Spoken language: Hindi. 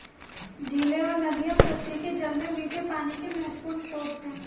झीलें और नदियाँ पृथ्वी के जल में मीठे पानी के महत्वपूर्ण स्रोत हैं